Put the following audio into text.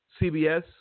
CBS